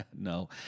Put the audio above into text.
No